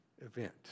event